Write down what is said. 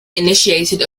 initiated